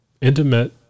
Intimate